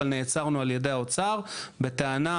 אבל נעצרנו על ידי האוצר בטענה,